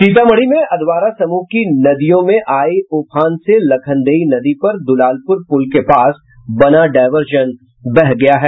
सीतामढ़ी में अधवारा समूह की नदियों में आये उफान से लखनदेई नदी पर दुलालपुर पुल के पास बना डाईवर्जन बह गया है